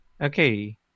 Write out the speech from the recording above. Okay